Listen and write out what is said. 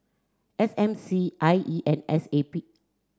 S M C I E and S A P